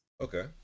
Okay